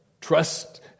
trust